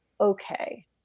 okay